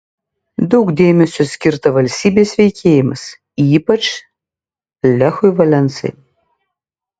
daug dėmesio skirta valstybės veikėjams ypač lechui valensai